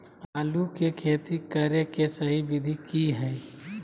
आलू के खेती करें के सही विधि की हय?